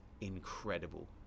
incredible